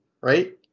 right